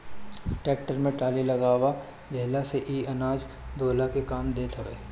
tractor में trolley लगवा लेहला से इ अनाज ढोअला के काम देत हवे